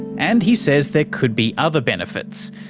and he says there could be other benefits,